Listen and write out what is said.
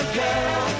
girl